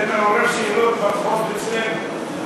זה מעורר שאלות ברחוב אצלנו.